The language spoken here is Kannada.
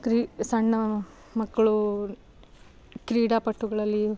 ಕ್ರೀ ಸಣ್ಣ ಮಕ್ಕಳು ಕ್ರೀಡಾಪಟುಗಳಲ್ಲಿ